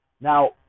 Now